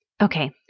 Okay